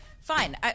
fine